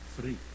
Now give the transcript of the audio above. free